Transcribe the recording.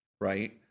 Right